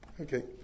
Okay